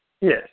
Yes